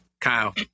Kyle